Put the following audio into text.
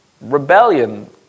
rebellion